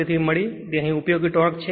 53 મળી અને અહીં તે ઉપયોગી ટોર્ક છે